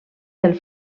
del